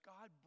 God